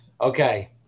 Okay